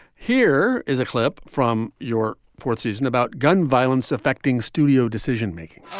here is a clip from your fourth season about gun violence affecting studio decision making